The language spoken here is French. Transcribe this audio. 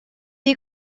est